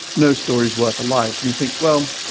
no story's worth a life and you think, well,